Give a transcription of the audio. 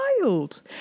wild